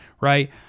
right